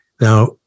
now